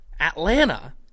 Atlanta